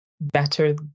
better